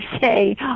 say